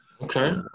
Okay